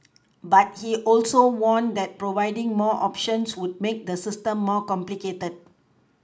but he also warned that providing more options would make the system more complicated